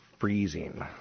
freezing